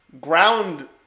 ground